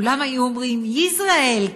כולם היו אומרים: Israel,